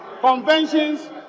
conventions